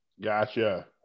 Gotcha